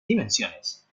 dimensiones